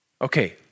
okay